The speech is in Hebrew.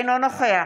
אינו נוכח